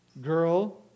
girl